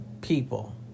people